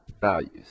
values